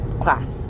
class